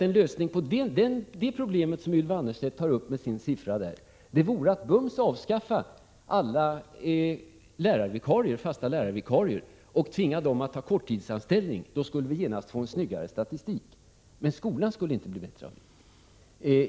En lösning på det problem som Ylva Annerstedt tar upp med sin siffra vore att omedelbart avskaffa alla fasta lärarvikarier och tvinga dem att ta korttidsanställning. Då skulle vi genast få en snyggare statistik, men skolan skulle inte bli bättre av det.